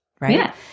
Right